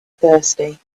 thirsty